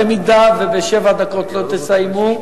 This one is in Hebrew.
אם בשבע דקות לא תסיימו,